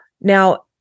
Now